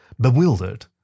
bewildered